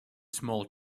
small